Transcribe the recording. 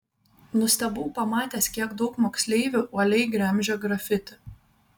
nustebau pamatęs kiek daug moksleivių uoliai gremžia grafiti